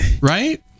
right